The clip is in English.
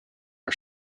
are